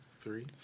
three